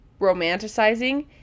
romanticizing